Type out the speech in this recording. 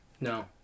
No